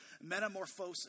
Metamorphosis